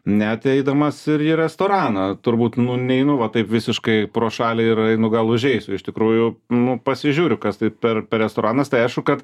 net eidamas ir į restoraną turbūt nu neinu va taip visiškai pro šalį ir einu gal užeisiu iš tikrųjų nu pasižiūriu kas tai per per restoranas tai aišu kad